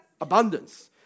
abundance